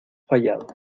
fallado